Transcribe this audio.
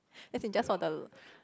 as in just of the